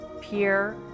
peer